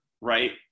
right